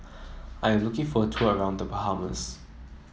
I am looking for a tour around The Bahamas